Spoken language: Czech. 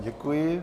Děkuji.